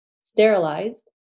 sterilized